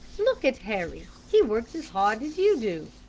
look at harry. he works as hard as you do.